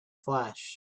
flash